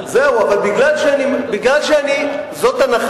כל דבר שאני אומר, אני מאמין בו.